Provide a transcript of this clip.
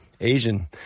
Asian